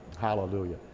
Hallelujah